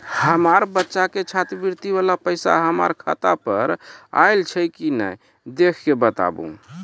हमार बच्चा के छात्रवृत्ति वाला पैसा हमर खाता पर आयल छै कि नैय देख के बताबू?